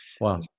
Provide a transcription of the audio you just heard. Wow